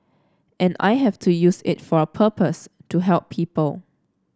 and I have to use it for a purpose to help people